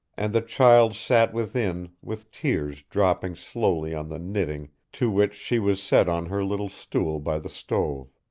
and the child sat within with tears dropping slowly on the knitting to which she was set on her little stool by the stove